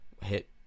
hit